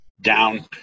down